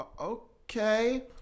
okay